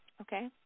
Okay